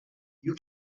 you